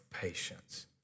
patience